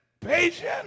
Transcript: patient